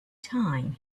time